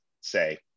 say